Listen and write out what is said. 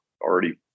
already